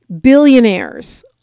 Billionaires